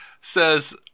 says